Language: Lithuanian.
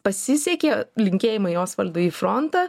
pasisekė linkėjimai osvaldui į frontą